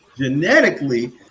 Genetically